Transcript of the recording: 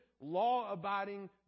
law-abiding